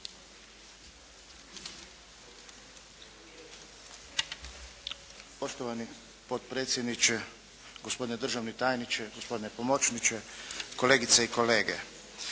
Poštovani potpredsjedniče, gospodine državni tajniče, gospodine pomoćniče, kolegice i kolege.